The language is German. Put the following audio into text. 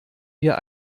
wir